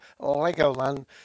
Legoland